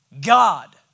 God